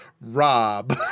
Rob